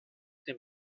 dem